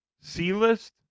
C-list